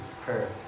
prayer